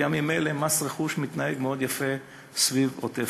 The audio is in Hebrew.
גם בימים אלה מס רכוש מתנהג מאוד יפה סביב עוטף-עזה.